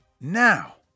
now